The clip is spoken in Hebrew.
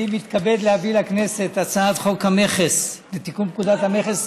אני מתכבד להביא לכנסת את הצעת חוק לתיקון פקודת המכס,